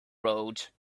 road